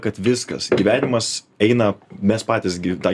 kad viskas gyvenimas eina mes patys gi tą